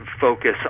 focus